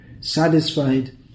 satisfied